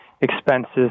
expenses